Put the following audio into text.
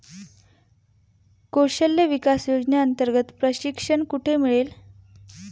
कौशल्य विकास योजनेअंतर्गत प्रशिक्षण कुठे मिळेल?